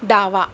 डावा